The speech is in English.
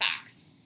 facts